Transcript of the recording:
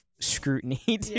scrutiny